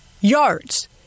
yards